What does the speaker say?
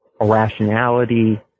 irrationality